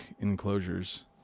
enclosures